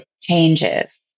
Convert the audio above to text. changes